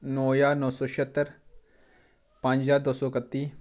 नौ ज्हार नौ सौ छेह्त्तर पंज ज्हार दो सौ कत्ती